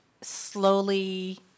slowly